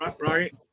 right